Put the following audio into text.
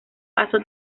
paso